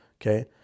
okay